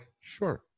sure